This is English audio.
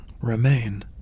remain